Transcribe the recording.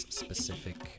specific